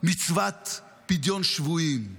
מצוות פדיון שבויים,